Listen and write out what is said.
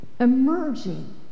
Emerging